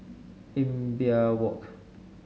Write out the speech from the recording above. Imbiah Walk